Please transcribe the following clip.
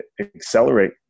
accelerate